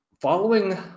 following